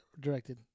directed